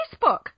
Facebook